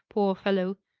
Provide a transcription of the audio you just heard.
poor fellow,